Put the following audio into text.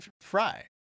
Fry